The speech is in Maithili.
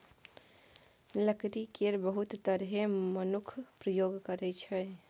लकड़ी केर बहुत तरहें मनुख प्रयोग करै छै